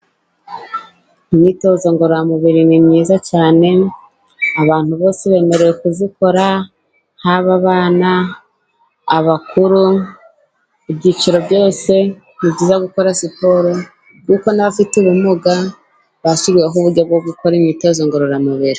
Imyitozo ngororamubiri ni myiza cyane abantu bose bemerewe kuyikora haba abana, abakuru, ibyiciro byose, ni byiza gukora siporo kuko n'abafite ubumuga, bashyuriweho uburyo bwo gukora imyitozo ngororamubiri.